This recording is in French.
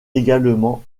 également